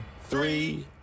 three